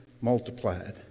multiplied